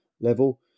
level